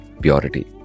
purity